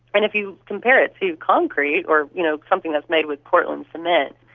and if you compare it to concrete or you know something that is made with portland cement,